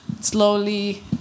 slowly